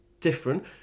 different